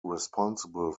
responsible